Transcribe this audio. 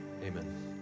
Amen